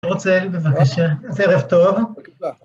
אני רוצה בבקשה ערב טוב.